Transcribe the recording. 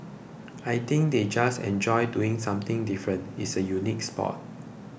I think they just enjoy doing something different it's a unique sport